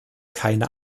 keine